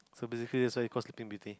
so basically is why it's called sleeping beauty